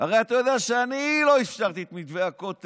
הרי אתה יודע שאני לא אפשרתי את מתווה הכותל,